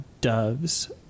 doves